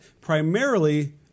primarily